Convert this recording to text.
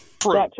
True